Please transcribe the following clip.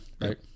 Right